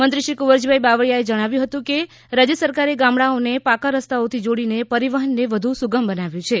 મંત્રી શ્રી કુંવરજીભાઇ બાવળિયાએ જણાવ્યું હતું કે રાજ્યસરકારે ગામડાઓને પાકા રસ્તાઓથી જોડીને પરિવહનને વધુ સુગમ બનાવ્યું છે